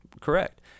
Correct